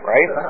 Right